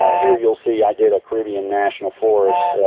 here you'll see i did a premium national forest,